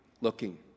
looking